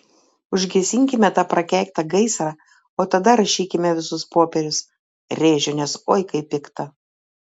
užgesinkime tą prakeiktą gaisrą o tada rašykime visus popierius rėžiu nes oi kaip pikta